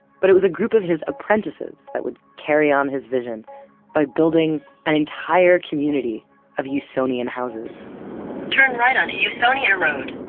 but it was a group of his apprentices that would carry on his vision by building an entire community of usonian houses turn right onto usonia road.